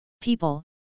people